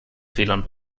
fehlern